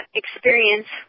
experience